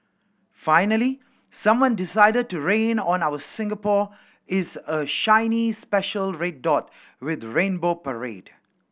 finally someone decided to rain on our Singapore is a shiny special red dot with rainbow parade